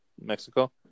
Mexico